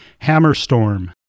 Hammerstorm